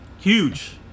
Huge